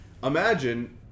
Imagine